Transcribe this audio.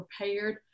prepared